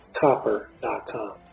copper.com